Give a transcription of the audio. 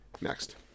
Next